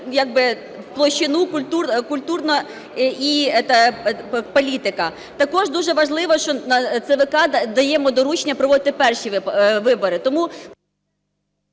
площину культурна політика. Також дуже важливо, що ЦВК даємо доручення проводити перші вибори.